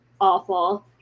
awful